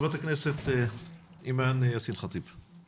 ח"כ אימאן ח'טיב יאסין בבקשה.